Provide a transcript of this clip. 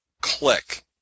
click